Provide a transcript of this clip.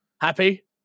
Happy